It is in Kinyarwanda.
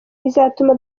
bizatuma